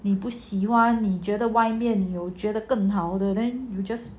你不喜欢你觉得外面有觉得更好的 then you just